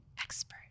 expert